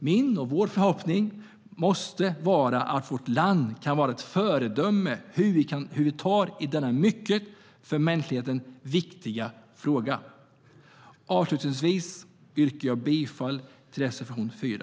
Min och vår förhoppning måste vara att vårt land kan vara ett föredöme för hur vi tar i denna för mänskligheten mycket viktiga fråga. Avslutningsvis yrkar jag bifall till reservation 4.